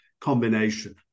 combination